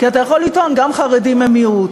כי אתה יכול לטעון שגם חרדים הם מיעוט,